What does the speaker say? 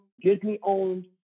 Disney-owned